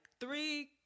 three